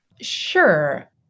Sure